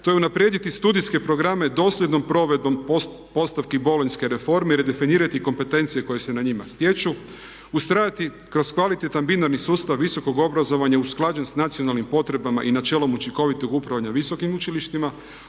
To je unaprijediti studijske programe dosljednom provedbom postavki bolonjske reforme i redefinirati kompetencije koje se na njima stječu. Ustrajati kroz kvalitetan binarni sustav visokog obrazovanja usklađen sa nacionalnim potrebama i načelom učinkovitog upravljanja visokim učilištima.